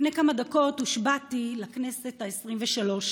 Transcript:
לפני כמה דקות הושבעתי לכנסת העשרים-ושלוש,